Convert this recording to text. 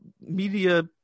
media